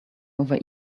over